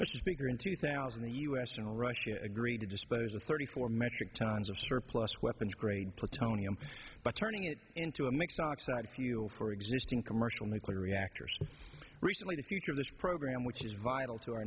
which is bigger in two thousand the u s and russia agreed to dispose of thirty four metric tons of surplus weapons grade plutonium but turning it into a mixed oxide fuel for existing commercial nuclear reactors recently the future of this program which is vital to our